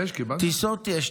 טיסות יש.